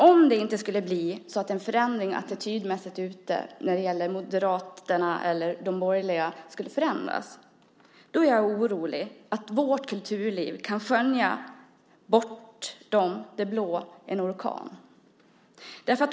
Om det inte skulle bli en förändring attitydmässigt ute så att Moderaterna eller de borgerliga skulle förändras är jag orolig att vårt kulturliv i det blå kan skönja en orkan.